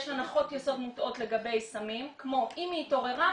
יש הנחות יסוד מוטעות לגבי סמים כמו: אם היא התעוררה,